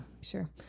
sure